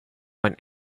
want